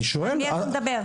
על מי אתה מדבר?